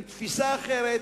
עם תפיסה אחרת,